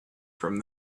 from